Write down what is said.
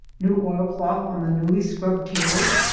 new oilcloth on the newly scrubbed tables,